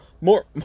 more